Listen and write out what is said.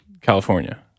California